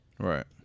Right